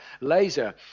laser